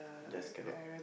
just cannot